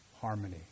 harmony